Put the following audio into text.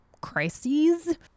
crises